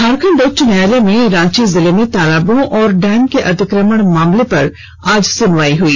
झारखंड उच्च न्यायालय में रांची जिले में तालाबों और डैम के अतिक्रमण मामले पर सुनवाई हुई